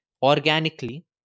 Organically